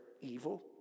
evil